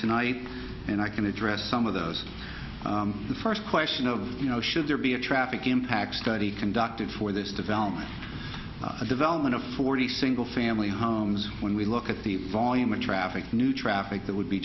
tonight and i can address some of those the first question of you know should there be a traffic impact study conducted for this development the development of forty single family homes when we look at the volume of traffic new traffic that would be